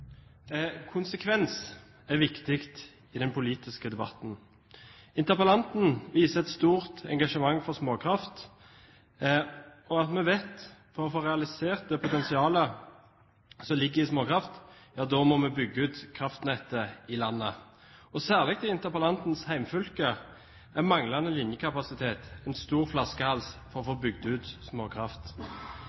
er viktig i den politiske debatten. Interpellanten viser et stort engasjement for småkraft. Vi vet at for å få realisert potensialet som ligger i småkraft, må vi bygge ut kraftnettet i landet. Særlig i interpellantens hjemfylke er manglende linjekapasitet en flaskehals for å få bygd ut småkraft.